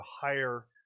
higher